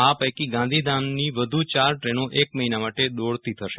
આ પૈકી ગાંધીધામની વધુ ચાર ટ્રેનો એક મહિના માટે દોડતી થશે